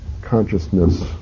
consciousness